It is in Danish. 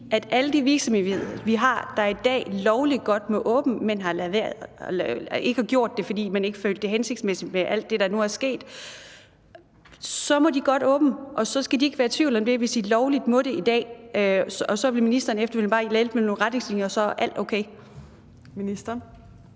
at alle de virksomheder, vi har, der i dag lovligt godt må holde åbent, men ikke gør det, fordi de ikke følte, at det var hensigtsmæssigt på grund af alt det, der nu er sket, godt må åbne, og at de så ikke skal være i tvivl om det, hvis de lovligt må det i dag? Og at ministeren så efterfølgende vil hjælpe dem med nogle retningslinjer, og så er alt jo okay. Kl.